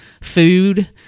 food